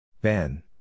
Ben